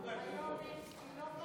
היום היא, היא לא,